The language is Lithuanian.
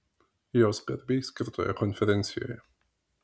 jos garbei skirtoje konferencijoje